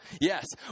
Yes